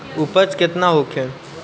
उपज केतना होखे?